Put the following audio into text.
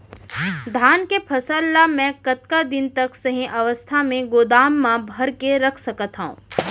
धान के फसल ला मै कतका दिन तक सही अवस्था में गोदाम मा भर के रख सकत हव?